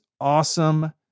awesome